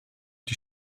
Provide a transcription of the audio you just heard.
die